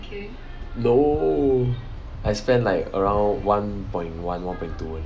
no I spend like around one point one one point two